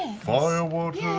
firewater?